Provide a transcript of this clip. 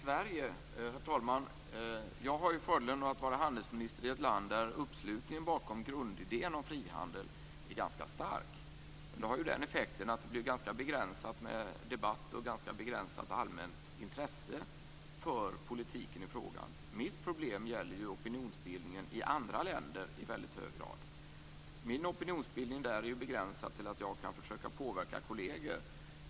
Herr talman! Jag har fördelen att vara handelsminister i ett land där uppslutningen bakom grundidén om frihandel är ganska stark. Det har den effekten att det blir ganska begränsat med debatt och ett ganska begränsat allmänt intresse för politiken i fråga. Mitt problem gäller i hög grad opinionsbildningen i andra länder. Min opinionsbildning där är begränsad till att jag kan försöka påverka kolleger.